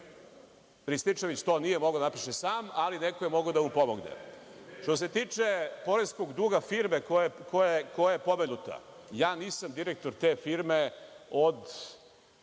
Rističević to nije mogao da napiše sam, ali neko je mogao da mu pomogne. Što se tiče poreskog duga firme koja je pomenuta, nisam direktor te firme od,